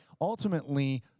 ultimately